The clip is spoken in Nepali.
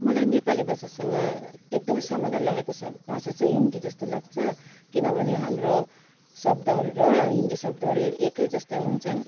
मलाई नेपाली भाषासँग एकदमै सामान्य लागेको भाषा चाहिँ हिन्दी जस्तो लाग्छ किनभने हाम्रो शब्दहरू र हिन्दी शब्दहरू एकै जस्तो हुन्छन्